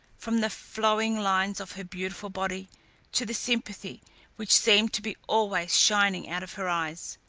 from the flowing lines of her beautiful body to the sympathy which seemed to be always shining out of her eyes.